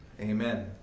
Amen